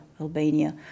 Albania